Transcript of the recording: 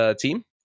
team